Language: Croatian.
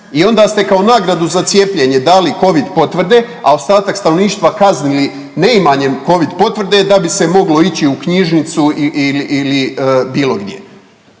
i onda ste kao nagradu za cijepljenje dali covid potvrde, a ostatak stanovništva kaznili neimanjem covid potvrde da bi se moglo ići u knjižnicu ili, ili bilo gdje.